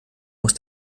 muss